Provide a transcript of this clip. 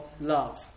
love